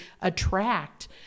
attract